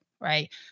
right